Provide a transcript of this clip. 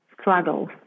struggles